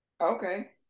okay